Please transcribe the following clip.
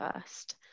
first